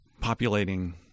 populating